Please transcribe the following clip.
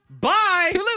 Bye